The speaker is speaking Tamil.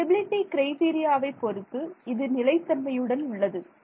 ஸ்டெபிலிட்டி க்ரைடீரியா பொருத்து இது நிலை தன்மையுடன் உள்ளது